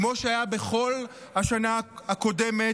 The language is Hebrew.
כמו שהיה בכל השנה הקודמת,